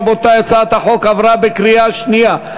רבותי, הצעת החוק עברה בקריאה שנייה.